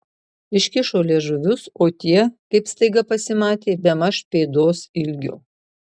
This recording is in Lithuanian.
iškišo liežuvius o tie kaip staiga pasimatė bemaž pėdos ilgio